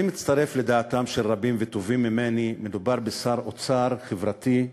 אני מצטרף לדעתם של רבים וטובים ממני: מדובר בשר אוצר חברתי,